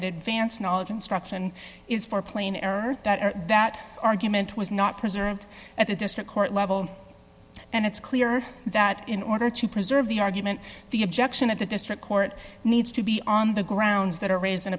advance knowledge instruction is for plain error that that argument was not present at the district court level and it's clear that in order to preserve the argument the objection at the district court needs to be on the grounds that are raised